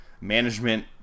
management